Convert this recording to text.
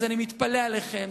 אז אני מתפלא עליכם,